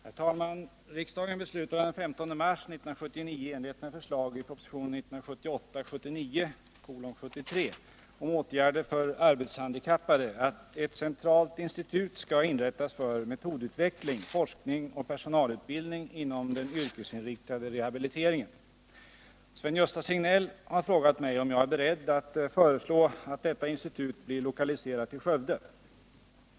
Herr talman! Riksdagen beslutade den 15 mars 1979 i enlighet med förslag i propositionen 1978/79:73 om åtgärder för arbetshandikappade, att ett centralt institut skall inrättas för metodutveckling, forskning och personalutbildning inom den yrkesinriktade rehabiliteringen. Sven-Gösta Signell har frågat mig om jag är beredd att föreslå att detta institut blir lokaliserat till Skövde.